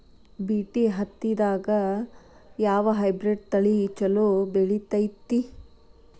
BT ಹತ್ತಿದಾಗ ಯಾವ hybrid ತಳಿ ಛಲೋ ಬೆಳಿತೈತಿ?